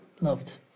loved